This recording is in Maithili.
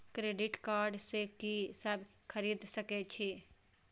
क्रेडिट कार्ड से की सब खरीद सकें छी?